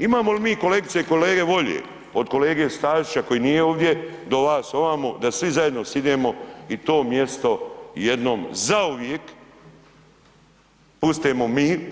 Imamo mi li mi kolegice i kolege volje od kolege Stazića koji nije ovdje do vas ovamo da svi zajedno sidnemo i to mjesto jednom zauvijek